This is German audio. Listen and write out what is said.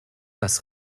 das